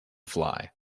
fly